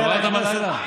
התעוררת בלילה?